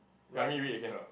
you want me read again or not